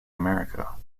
america